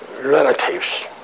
relatives